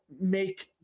make